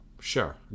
Sure